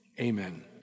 amen